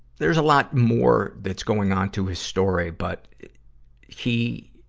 there's a lot more that's going on to his story, but he,